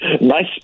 nice